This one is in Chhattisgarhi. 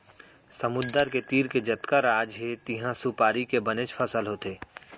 समुद्दर के तीर के जतका राज हे तिहॉं सुपारी के बनेच फसल होथे